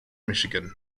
michigan